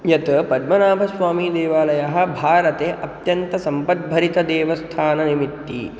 यत् पद्मनाभस्वामीदेवालयः भारते अत्यन्तसम्पद्भरितदेवस्थानमिति